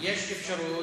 כן, יש אפשרות.